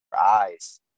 eyes